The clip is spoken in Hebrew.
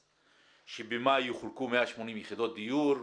יחולקו 180 יחידות דיור,